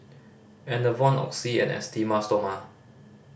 Enervon Oxy and Esteem Stoma